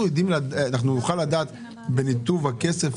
נוכל לדעת בניתוב הכסף